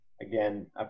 again